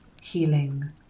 healing